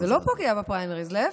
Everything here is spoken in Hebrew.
זה לא פוגע בפריימריז, להפך.